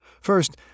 First